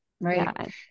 right